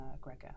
Gregor